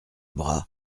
bras